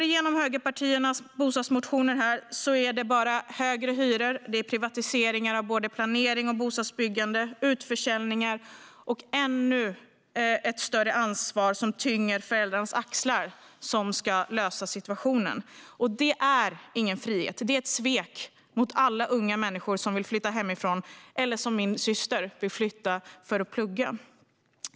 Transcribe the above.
I högerpartiernas bostadsmotioner är det bara högre hyror, privatiseringar av både planering och bostadsbyggande, utförsäljningar och ett ännu större ansvar lagt på föräldrarnas axlar som ska lösa situationen. Det är ingen frihet. Det är ett svek mot alla unga människor som vill flytta hemifrån eller, som min syster, flytta för att plugga.